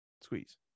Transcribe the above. Squeeze